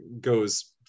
goes